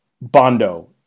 Bondo